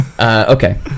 Okay